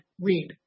read